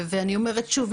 ואני אומרת שוב,